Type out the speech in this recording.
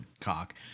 cock